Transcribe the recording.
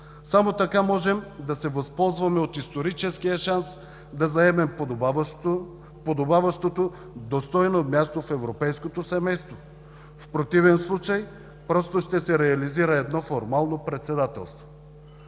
Само така можем да се възползваме от историческия шанс да заемем подобаващото достойно място в европейското семейство. В противен случай просто ще се реализира едно формално председателство.